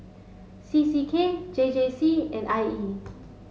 C C K J J C and I E